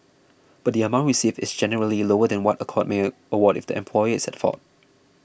but the amount received is generally lower than what a court may award if the employer is at fault